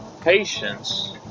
patience